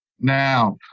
Now